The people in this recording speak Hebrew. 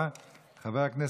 חבר הכנסת מיקי לוי,